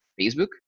Facebook